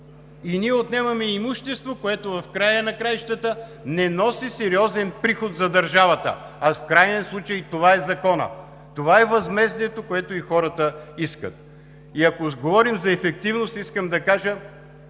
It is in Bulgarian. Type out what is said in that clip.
и ние отнемаме имущество, което в края на краищата не носи сериозен приход за държавата, а в краен случай това е Законът, това е възмездието, което и хората искат. И ако говорим за ефективност, искам да кажа: